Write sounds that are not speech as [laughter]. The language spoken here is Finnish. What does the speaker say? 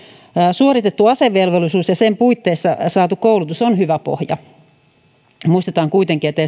suoritettu asevelvollisuus ja sen puitteissa saatu koulutus on hyvä pohja muistetaan kuitenkin että [unintelligible]